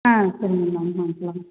ஆ சரிங்க வந்து வாங்கிக்கலாம்